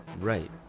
right